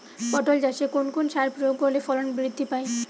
পটল চাষে কোন কোন সার প্রয়োগ করলে ফলন বৃদ্ধি পায়?